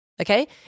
okay